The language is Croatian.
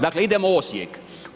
Dakle idemo Osijek.